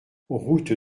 route